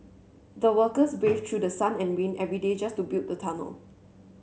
the workers braved through the sun and rain every day just to build the tunnel